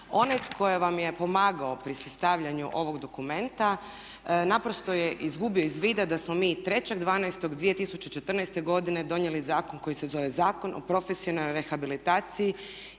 Onaj tko vam je pomagao pri sastavljanju ovog dokumenta naprosto je izgubio iz vida da smo mi 3.12.2014. godine donijeli zakon koji se zove Zakon o profesionalnoj rehabilitaciji